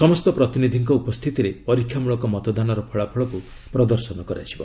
ସମସ୍ତ ପ୍ରତିନିଧିଙ୍କ ଉପସ୍ଥିତିରେ ପରୀକ୍ଷାମୂଳକ ମତଦାନର ଫଳାଫଳକୁ ପ୍ରଦର୍ଶନ କରାଯିବ